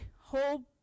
whole